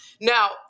Now